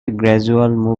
gradual